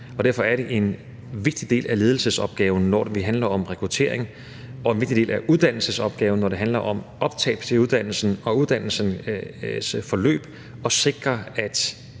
Derfor er det en vigtig del af ledelsesopgaven, når det handler om rekruttering, og en vigtig del af uddannelsesopgaven, når det handler om optag på uddannelsen og uddannelsens forløb, at sikre, at